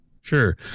Sure